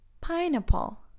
Pineapple